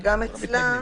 וגם אצלם